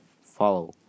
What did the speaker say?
follow